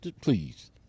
please